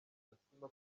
umutima